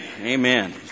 Amen